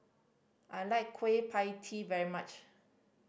I like Kueh Pie Tee very much